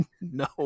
No